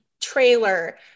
trailer